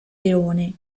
leone